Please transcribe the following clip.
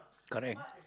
correct